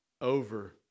over